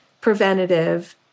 preventative